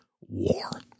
war